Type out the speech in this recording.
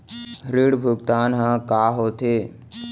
ऋण भुगतान ह का होथे?